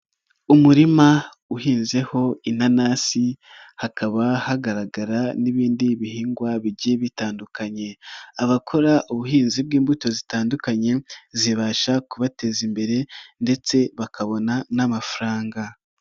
Umurima uhinzeho inanasi, hakaba hagaragara n'ibindi bihingwa bigiye bitandukanye. Abakora ubuhinzi bw'imbuto zitandukanye, zibasha kubateza imbere ndetse bakabona n'amafaranga.